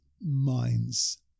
minds